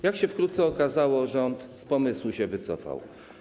Jak się wkrótce okazało, rząd z pomysłu się wycofał.